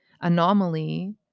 Anomaly